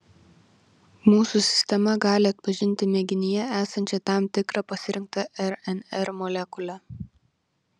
mūsų sistema gali atpažinti mėginyje esančią tam tikrą pasirinktą rnr molekulę